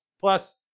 Plus